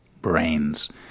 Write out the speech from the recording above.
brains